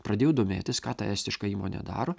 pradėjau domėtis ką ta estiška įmonė daro